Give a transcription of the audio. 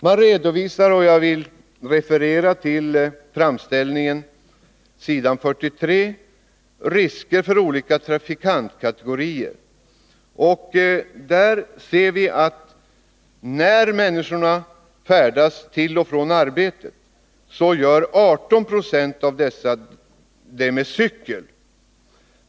Man redovisar risker för olika trafikantkategorier — jag vill referera till framställningen på s. 43 i TSV AF 1981/82, där vi ser att när människorna färdas till och från arbetet, så gör 18 90 av dem det medelst cykel.